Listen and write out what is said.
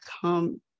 come